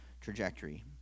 trajectory